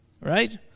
Right